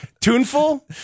Tuneful